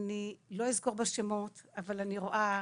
אני לא אזכור בשמות, אבל אני רואה.